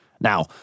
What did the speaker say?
Now